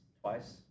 twice